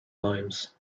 limes